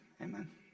Amen